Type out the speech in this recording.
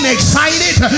excited